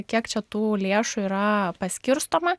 kiek čia tų lėšų yra paskirstoma